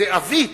זו עווית.